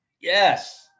Yes